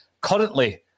currently